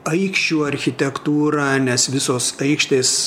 aikščių architektūra nes visos aikštės